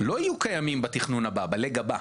לא יהיו קיימים בתכנון הבא, ב-leg הבא.